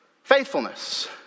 Faithfulness